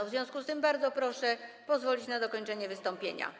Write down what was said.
W związku z tym bardzo proszę pozwolić na dokończenie wystąpienia.